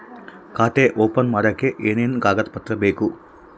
ಖಾತೆ ಓಪನ್ ಮಾಡಕ್ಕೆ ಏನೇನು ಕಾಗದ ಪತ್ರ ಬೇಕು?